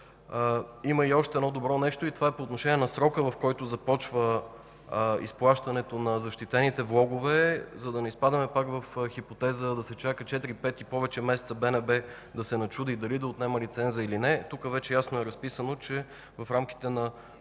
Има и още едно добро нещо и това е по отношение на срока, в който започва изплащането на защитените влогове. За да не изпадаме пак в хипотеза да се чакат четири-пет и повече месеца БНБ да се начуди дали да отнема лиценза или не, тук вече ясно е разписано, че в рамките на